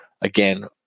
again